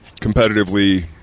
competitively